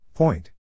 Point